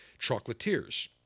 chocolatiers